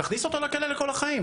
אז תכניס אותו לכלא לכל החיים.